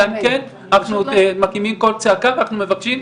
אנחנו מקימים קול צעקה ואנחנו מבקשים,